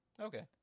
Okay